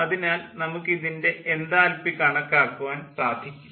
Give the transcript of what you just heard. അതിനാൽ നമുക്ക് ഇതിൻ്റെ എൻതാൽപ്പി കണക്കാക്കുവാൻ സാധിക്കും